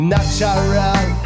Natural